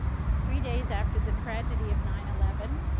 three days after the tragedy of nine eleven,